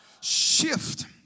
shift